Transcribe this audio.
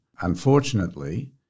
Unfortunately